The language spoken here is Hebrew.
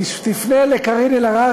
תפנה לקארין אלהרר,